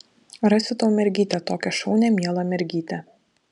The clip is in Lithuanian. rasiu tau mergytę tokią šaunią mielą mergytę